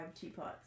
teapots